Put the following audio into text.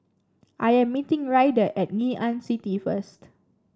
I am meeting Ryder at Ngee Ann City first